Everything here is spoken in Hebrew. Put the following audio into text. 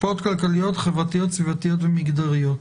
השפעות כלכליות, חברתיות, סביבתיות ומגדריות.